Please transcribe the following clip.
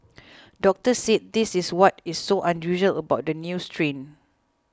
doctors said this is what is so unusual about the new strain